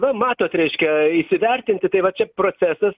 nu matot reiškia įsivertinti tai va čia procesas